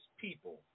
people